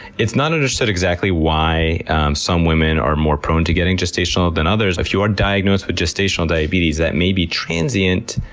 it's not understood exactly why some women are more prone to getting gestational than others. if you are diagnosed with gestational diabetes diabetes that may be transient,